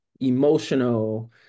Emotional